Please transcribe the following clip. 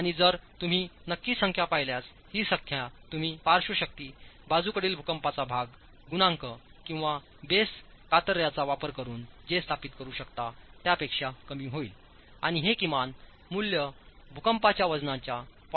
आणि जर तुम्ही नक्कीच संख्या पाहिल्यास ही संख्या तुम्ही पार्श्व शक्ती बाजूकडीलभूकंपाचा भागगुणांक किंवा बेस कातर्यांचावापर करून जे स्थापित करू शकता त्यापेक्षा कमी होईलआणि हे किमान मूल्यभूकंपाच्या वजनाच्या 0